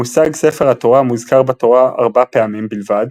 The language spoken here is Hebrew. המושג "ספר התורה" מוזכר בתורה ארבע פעמים בלבד,